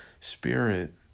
spirit